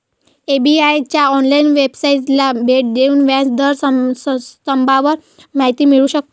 SBI च्या online वेबसाइटला भेट देऊन व्याज दर स्तंभावर माहिती मिळू शकते